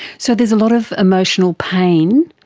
so there's a lot of emotional pain,